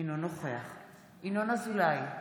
אינו נוכח ינון אזולאי,